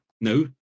no